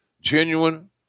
genuine